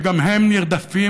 שגם הם נרדפים,